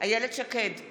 איילת שקד,